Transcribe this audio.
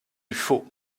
faux